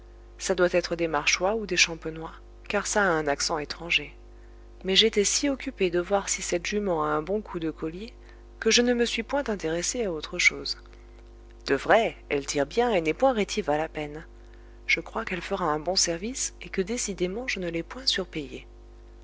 ça doit être des marchois ou des champenois car ça a un accent étranger mais j'étais si occupé de voir si cette jument a un bon coup de collier que je ne me suis point intéressé à autre chose de vrai elle tire bien et n'est point rétive à la peine je crois qu'elle fera un bon service et que décidément je ne l'ai point